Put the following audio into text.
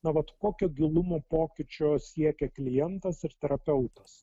na vat kokio gilumo pokyčio siekia klientas ir terapeutas